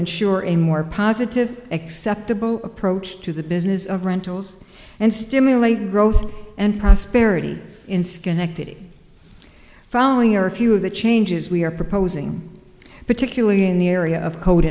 ensure a more positive acceptable approach to the business of rentals and stimulate growth and prosperity in schenectady following are a few of the changes we are proposing particularly in the area of code